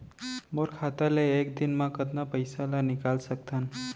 मोर खाता ले एक दिन म कतका पइसा ल निकल सकथन?